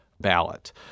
ballot